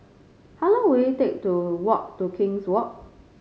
how long will it take to walk to King's Walk